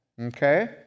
Okay